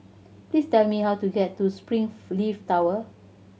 please tell me how to get to Springleaf Tower